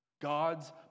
God's